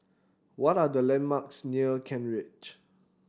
what are the landmarks near Kent Ridge